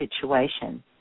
situation